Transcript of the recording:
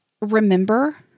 remember